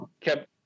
kept